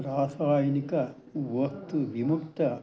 रासायनिक वस्तुविमुक्तानि